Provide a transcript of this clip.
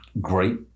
great